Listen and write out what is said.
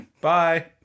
Bye